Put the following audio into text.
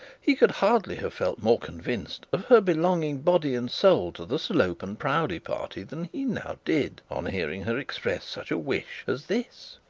he could hardly have felt more convinced of her belonging body and soul to the slope and proudie party than he now did on hearing her express such a wish as this.